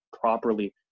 properly